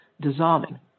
dissolving